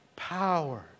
power